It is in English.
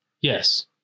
Yes